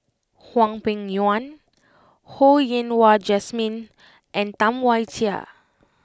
Hwang Peng Yuan Ho Yen Wah Jesmine and Tam Wai Jia